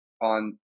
on